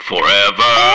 Forever